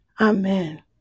Amen